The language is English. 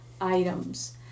items